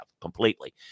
completely